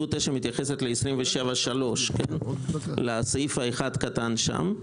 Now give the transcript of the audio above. מתייחסת לסעיף 27 (3), לסעיף קטן (1)(ב)(1) שם.